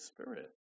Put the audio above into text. Spirit